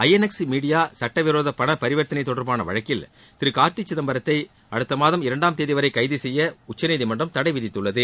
INX media சட்டவிரோத பண பரிவர்த்தனை தொடர்பான வழக்கில் திரு கார்த்தி சிதம்பரத்தை அடுத்த மாதம் இரண்டாம் தேதி வரை கைது செய்ய உச்சநீதிமன்றம் தடை விதித்துள்ளது